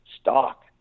stock